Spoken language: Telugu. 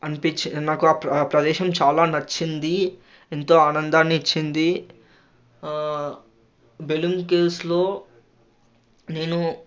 అనిపించింది నాకు ఆ ప్ర ప్రదేశం చాలా నచ్చింది ఎంతో ఆనందాన్ని ఇచ్చింది బెలూమ్ కేవ్స్ లో నేను